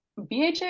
BHA